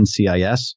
NCIS